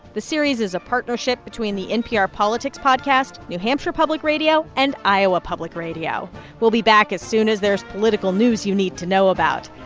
the series is a partnership between the npr politics podcast, new hampshire public radio and iowa public radio we'll be back as soon as there's political news you need to know about.